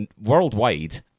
worldwide